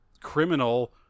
criminal